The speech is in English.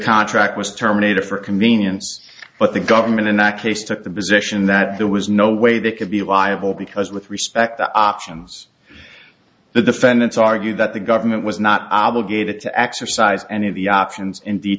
contract was terminated for convenience but the government in that case took the position that there was no way they could be liable because with respect to options the defendants argue that the government was not obligated to exercise any of the options in d